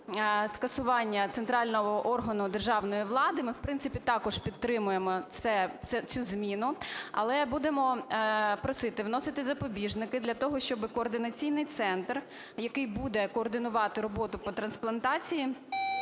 скасування центрального органу державної влади. Ми, в принципі, також підтримуємо цю зміну, але будемо просити вносити запобіжники для того, щоб координаційний центр, який буде координувати роботу по трансплантації,